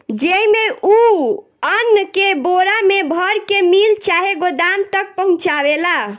जेइमे, उ अन्न के बोरा मे भर के मिल चाहे गोदाम तक पहुचावेला